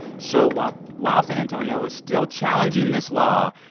so while while san antonio is still challenging this law,